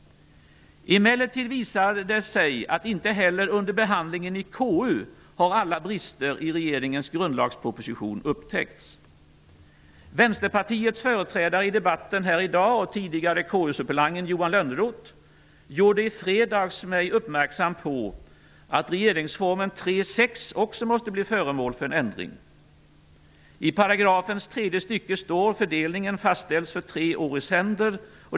Emellertid visar det sig att inte heller under behandlingen i KU har alla brister i regeringens grundlagsproposition upptäckts. Vänsterpartiets företrädare i debatten här i dag och tidigare KU-suppleanten Johan Lönnroth gjorde mig i fredags uppmärksam på att 3 kap. 6 § regeringsformen också måste bli föremål för en ändring. I paragrafens tredje stycke står: ''Fördelningen fastställes för tre år i sänder.''